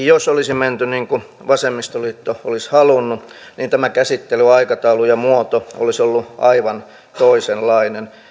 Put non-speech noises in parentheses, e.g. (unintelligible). (unintelligible) jos olisi menty niin kuin vasemmistoliitto olisi halunnut niin tämän käsittelyn aikataulu ja muoto olisivat olleet aivan toisenlaiset